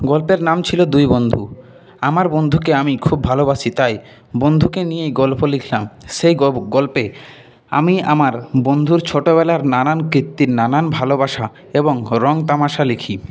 গল্পের নাম ছিল দুই বন্ধু আমার বন্ধুকে আমি খুব ভালোবাসি তাই বন্ধুকে নিয়ে গল্প লিখলাম সেই গল্পে আমি আমার বন্ধুর ছোটবেলার নানান কীর্তি নানান ভালোবাসা এবং রঙ্গ তামাশা লিখি